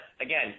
again